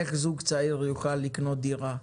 איך זוג צעיר יוכל לקנות דירה,